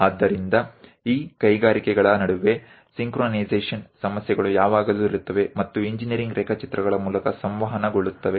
ಆದ್ದರಿಂದ ಈ ಕೈಗಾರಿಕೆಗಳ ನಡುವೆ ಸಿಂಕ್ರೊನೈಸೇಶನ್ ಸಮಸ್ಯೆಗಳು ಯಾವಾಗಲೂ ಇರುತ್ತವೆ ಮತ್ತು ಇಂಜಿನೀರಿಂಗ್ ರೇಖಾಚಿತ್ರಗಳ ಮೂಲಕ ಸಂವಹನಗೊಳ್ಳುತ್ತವೆ